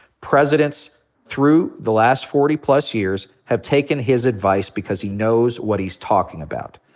presidents through the last forty plus years have taken his advice because he knows what he's talking about.